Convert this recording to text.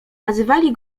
nazywali